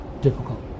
Difficult